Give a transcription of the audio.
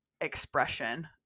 expression